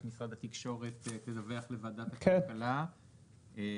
משרד התקשורת תדווח לוועדת הכלכלה על?